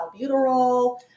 albuterol